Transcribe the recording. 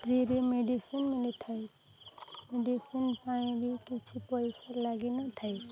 ଫ୍ରୀିରେ medicine ମିଳିଥାଏ medicine ପାଇଁ ବି କିଛି ପଇସା ଲାଗିନଥାଏ